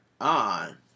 on